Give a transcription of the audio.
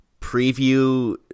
preview